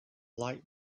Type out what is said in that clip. light